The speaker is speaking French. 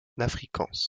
afrikaans